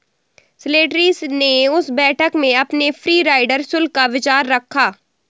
Slattery ने उस बैठक में अपने फ्री राइडर शुल्क का विचार रखा